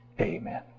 Amen